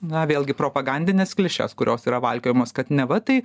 na vėlgi propagandines klišes kurios yra valkiojamos kad neva tai